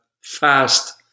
fast